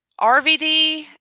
RVD